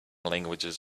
languages